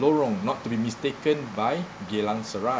lorong not to be mistaken by geylang serai